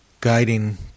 guiding